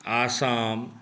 Assam